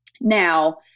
Now